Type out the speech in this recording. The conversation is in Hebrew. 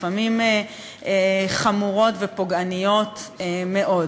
לפעמים חמורות ופוגעניות מאוד.